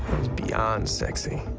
beyond sexy.